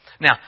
Now